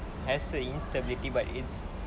has a instability but it's